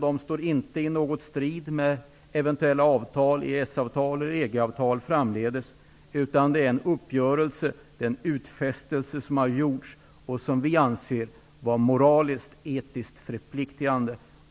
De står inte i strid med eventuella EES-avtal eller EG-avtal framdeles, utan detta är en utfästelse som har gjorts och som vi anser vara moraliskt etiskt förpliktigande.